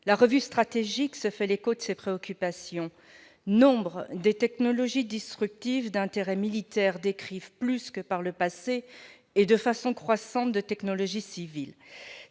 La revue stratégique se fait l'écho de ces préoccupations. Nombre des technologies disruptives d'intérêt militaire dérivent plus que par le passé, et de façon croissante, de technologies civiles.